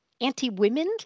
anti-women